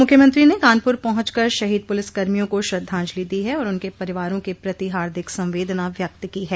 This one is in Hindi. मुख्यमंत्री ने कानपुर पहुंच कर शहीद पुलिसकर्मियों को श्रद्वांजलि दी है और उनके परिवारों के प्रति हार्दिक संवेदना व्यक्त की है